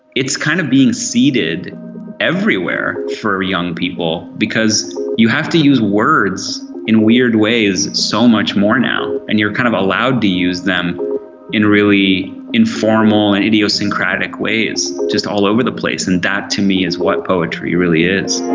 it's kind is being seeded everywhere for young people because you have to use words in weird ways so much more now and you're kind of allowed to use them in really informal and idiosyncratic ways just all over the place, and that to me is what poetry really is.